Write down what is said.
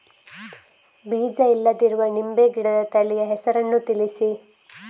ಬೀಜ ಇಲ್ಲದಿರುವ ನಿಂಬೆ ಗಿಡದ ತಳಿಯ ಹೆಸರನ್ನು ತಿಳಿಸಿ?